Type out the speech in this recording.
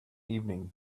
evening